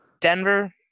Denver